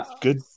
good